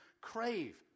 crave